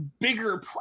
bigger